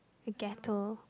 a gateau